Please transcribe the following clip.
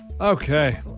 Okay